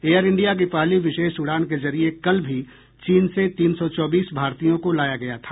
air India की पहली विशेष उड़ान के जरिए कल भी चीन से तीन सौ चौबीस भारतीयों को लाया गया था